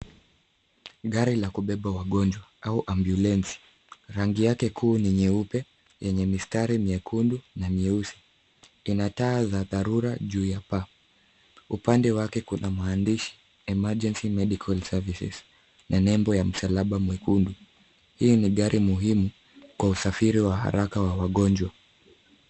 Gari la kubeba wagonjwa au ambulensi. Rangi yake kuu ni nyeupe, yenye mistari myekundu na myeusi. Lina taa za dharura juu ya paa. Upande wake kuna maandishi Emergency Medical Services na nembo ya msalaba mwekundu. Hii ni gari muhimu kwa usafiri wa haraka wa wagonjwa.